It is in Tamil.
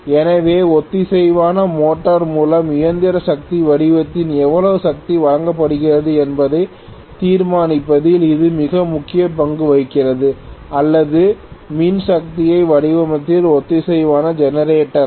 எனவே ஒத்திசைவான மோட்டார் மூலம் இயந்திர சக்தி வடிவத்தில் எவ்வளவு சக்தி வழங்கப்படுகிறது என்பதை தீர்மானிப்பதில் இது மிக முக்கிய பங்கு வகிக்கிறது அல்லது மின் சக்தி வடிவத்தில் ஒத்திசைவான ஜெனரேட்டரால்